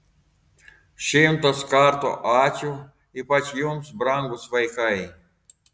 šimtas kartų ačiū ypač jums brangūs vaikai